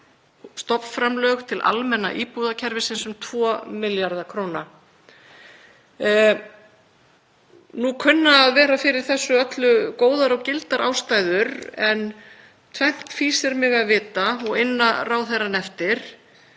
stofnframlög til almenna íbúðakerfisins um 2 milljarða kr. Nú kunna að vera fyrir þessu öllu góðar og gildar ástæður. En tvennt fýsir mig að vita og inna ráðherrann eftir: